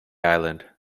island